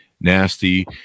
nasty